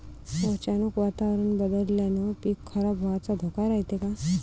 अचानक वातावरण बदलल्यानं पीक खराब व्हाचा धोका रायते का?